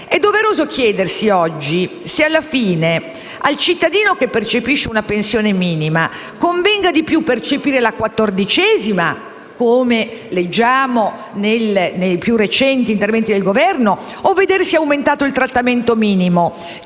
È doveroso chiedersi oggi se, alla fine, al cittadino che percepisce una pensione minima convenga di più percepire la quattordicesima, come leggiamo nei più recenti interventi del Governo, o vedersi aumentato il trattamento minimo,